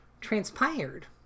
transpired